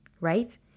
right